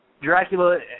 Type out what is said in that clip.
Dracula